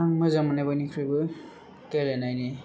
आं मोजां मोननाय बयनिख्रुइबो गेलेनायनि